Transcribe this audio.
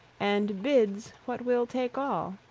and bids what will take all.